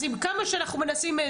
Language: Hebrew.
אז עם כמה שאנחנו מנסים,